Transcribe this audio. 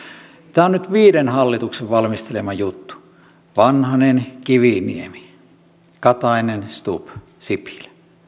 tämä on nyt viiden hallituksen valmistelema juttu vanhanen kiviniemi katainen stubb sipilä